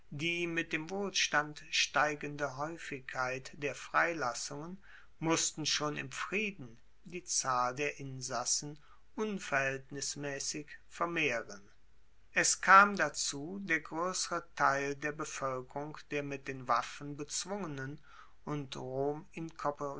die mit dem wohlstand steigende haeufigkeit der freilassungen mussten schon im frieden die zahl der insassen unverhaeltnismaessig vermehren es kam dazu der groessere teil der bevoelkerung der mit den waffen bezwungenen und rom